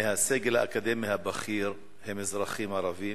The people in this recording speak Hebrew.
מהסגל האקדמי הבכיר הם אזרחים ערבים,